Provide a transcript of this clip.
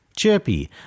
Chirpy